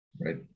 right